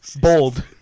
Bold